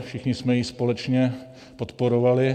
Všichni jsme ji společně podporovali.